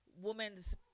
Women's